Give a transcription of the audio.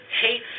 hate